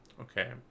Okay